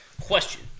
Question